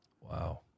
Wow